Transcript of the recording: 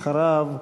אחריו,